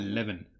Eleven